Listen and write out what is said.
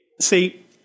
see